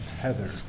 Heather